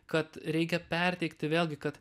kad reikia perteikti vėlgi kad